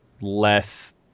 less